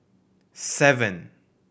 seven